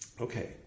Okay